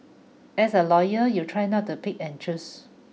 as a lawyer you try not to pick and choose